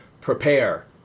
Prepare